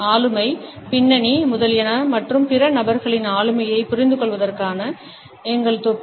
ஆளுமை பின்னணி முதலியன மற்றும் பிற நபர்களின் ஆளுமையைப் புரிந்துகொள்வதற்கான எங்கள் துப்பு